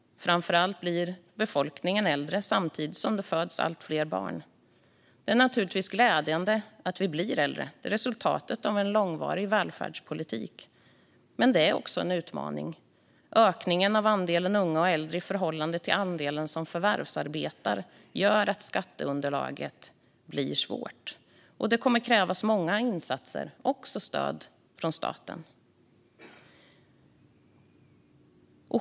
Framför allt blir befolkningen äldre samtidigt som det föds allt fler barn. Det är glädjande att vi blir äldre. Det är resultatet av en långvarig välfärdspolitik. Men det är också en utmaning. Ökningen av andelen unga och äldre i förhållande till andelen som förvärvsarbetar försvårar för skatteunderlaget. Det kommer att krävas många insatser, också stöd, från staten.